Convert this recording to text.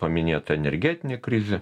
paminėta energetinė krizė